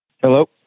Hello